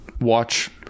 watch